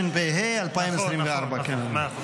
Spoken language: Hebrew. התשפ"ה 2024. נכון, נכון, מאה אחוז.